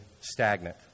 stagnant